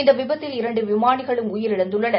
இந்த விபத்தில் இரண்டு விமானிகளும் உயிரிழந்துள்ளனர்